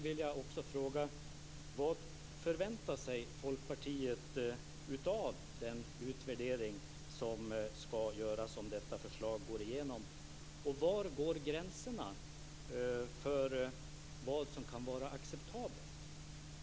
Vad förväntar sig Folkpartiet av den utvärdering som ska göras om detta förslag går igenom? Var går gränserna för vad som kan vara acceptabelt?